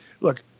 look